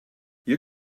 you